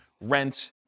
rent